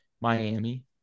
Miami